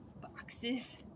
boxes